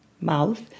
mouth